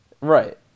Right